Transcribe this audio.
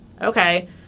Okay